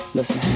Listen